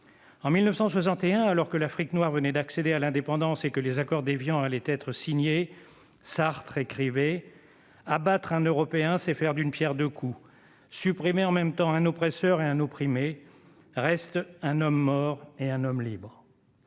En 1961, alors que l'Afrique noire venait d'accéder à l'indépendance et que les accords d'Évian allaient être signés, Sartre écrivait :« Abattre un Européen, c'est faire d'une pierre deux coups, supprimer en même temps un oppresseur et un opprimé : restent un homme mort et un homme libre.